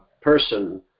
person